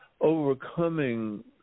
overcoming